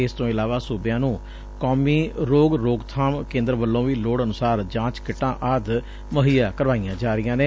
ਇਸ ਤੋਂ ਇਲਾਵਾ ਸੂਬਿਆ ਨੂੰ ਕੌਮੀ ਰੋਗ ਰੋਕਬਾਮ ਕੇਦਰ ਵੱਲੋ ਵੀ ਲੋੜ ਅਨੁਸਾਰ ਜਾਚ ਕਿੱਟਾ ਆਦਿ ਮੁਹੱਈਆਂ ਕਰਵਾਈਆਂ ਜਾ ਰਹੀਆਂ ਨੇ